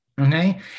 Okay